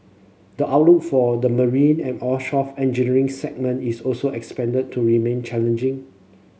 the outlook for the marine and offshore engineering segment is also to remain challenging